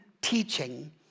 teaching